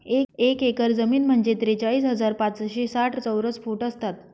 एक एकर जमीन म्हणजे त्रेचाळीस हजार पाचशे साठ चौरस फूट असतात